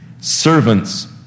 Servants